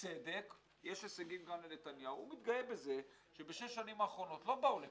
ובצדק גם לו יש הישגים שבשש השנים האחרונות לא באו לפה.